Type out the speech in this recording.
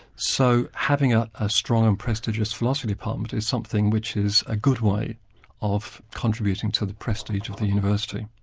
so having ah a strong and prestigious philosophy department is something which is a good way of contributing to the prestige of the university.